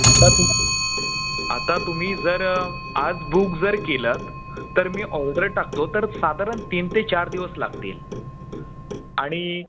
आता तिला आता तुम्ही जर आज बुक जर केलंत तर मी ऑर्डर टाकतो तर साधारण तीन ते चार दिवस लागतील आणि